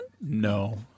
No